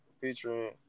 featuring